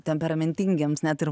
temperamentingiems net ir